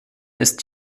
ist